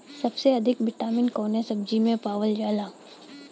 सबसे अधिक विटामिन कवने सब्जी में पावल जाला?